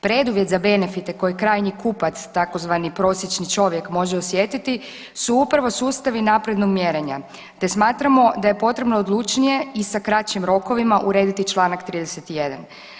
Preduvjet za benefite koje krajnji kupac, tzv. prosječni čovjek može osjetiti su upravo sustavi naprednog mjerenja te smatramo da je potrebno odlučnije i sa kraćim rokovima urediti čl. 31.